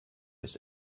bis